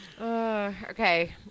Okay